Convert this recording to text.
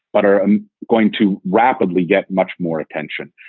but are um going to rapidly get much more attention.